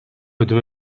ödeme